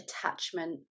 attachment